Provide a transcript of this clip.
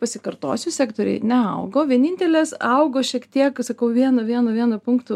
pasikartosiu sektoriai neaugo vienintelis augo šiek tiek sakau vienu vienu vienu punktu